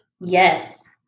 Yes